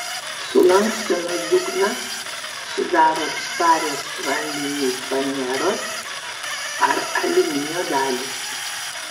sulankstomą dugną sudaro atsparios vandeniui faneros ar aliuminio dalys